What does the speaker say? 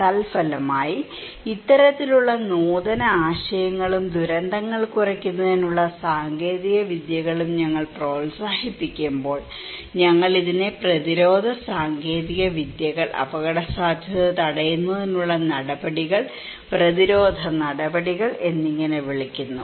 തൽഫലമായി ഇത്തരത്തിലുള്ള നൂതന ആശയങ്ങളും ദുരന്തങ്ങൾ കുറയ്ക്കുന്നതിനുള്ള സാങ്കേതികവിദ്യകളും ഞങ്ങൾ പ്രോത്സാഹിപ്പിക്കുമ്പോൾ ഞങ്ങൾ ഇതിനെ പ്രതിരോധ സാങ്കേതികവിദ്യകൾ അപകടസാധ്യത തടയുന്നതിനുള്ള നടപടികൾ പ്രതിരോധ നടപടികൾ എന്നിങ്ങനെ വിളിക്കുന്നു